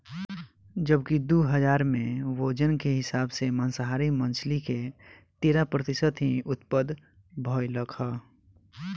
जबकि दू हज़ार में ओजन के हिसाब से मांसाहारी मछली के तेरह प्रतिशत ही उत्तपद भईलख